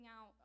out